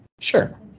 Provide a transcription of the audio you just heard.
Sure